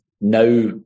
now